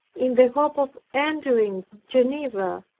in the hope of entering geneva,